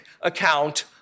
account